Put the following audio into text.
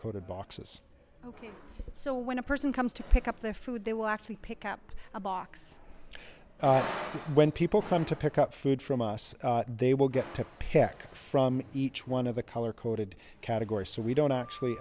coded boxes so when a person comes to pick up their food they will actually pick up a box when people come to pick up food from us they will get to pick from each one of the color coded categories so we don't actually